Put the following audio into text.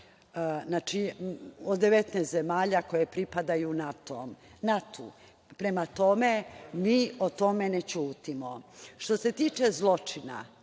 od 19 zemalja koje pripadaju NATO. Prema tome, mi o tome ne ćutimo. Što se tiče zločina,